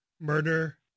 murder